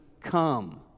come